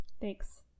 Thanks